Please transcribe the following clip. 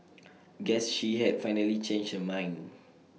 guess she had finally changed her mind